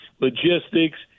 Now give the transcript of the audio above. logistics